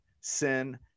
sin